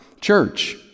Church